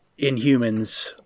Inhumans